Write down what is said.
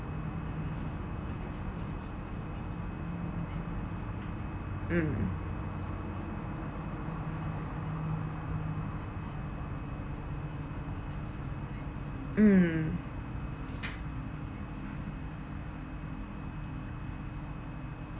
mm mm